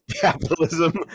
capitalism